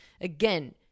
again